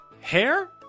hair